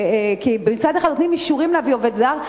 כי מצד אחד נותנים אישורים להביא עובד זר,